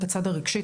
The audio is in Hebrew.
את הצד הרגשי,